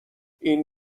این